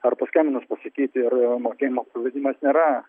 ar paskambinus pasakyti ir mokėjimo pavedimas nėra